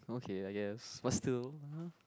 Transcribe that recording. okay I guess but still